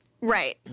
Right